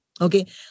Okay